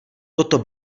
toto